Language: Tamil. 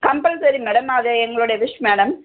கம்பல்சரி மேடம் அது எங்களோடய விஷ் மேடம்